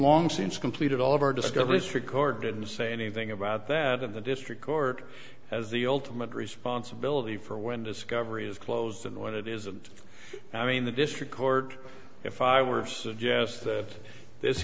long since completed all of our discoveries record didn't say anything about that of the district court as the ultimate responsibility for when discovery is closed and what it is and i mean the district court if i were